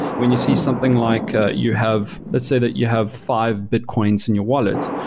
when you see something like ah you have let's say that you have five bitcoins in your wallet,